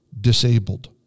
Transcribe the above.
disabled